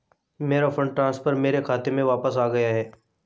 मेरा fund transfer मेरे खाते में वापस आ गया है